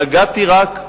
ונגעתי רק,